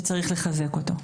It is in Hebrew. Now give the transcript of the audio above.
שבהם צריך לחזק אותו.